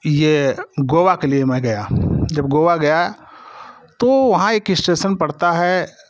ये गोवा के लिए मैं गया जब गोवा गया तो वहाँ एक स्टेशन पड़ता है